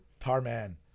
Tarman